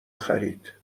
خرید